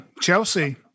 Chelsea